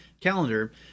calendar